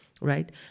right